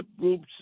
groups